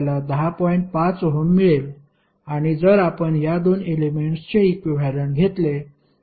5 ohm मिळेल आणि जर आपण या 2 एलेमेंट्सचे इक्विव्हॅलेंट घेतले तर आपल्याला 21 ओहम मिळेल